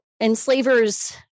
enslavers